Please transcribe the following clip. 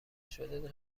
شده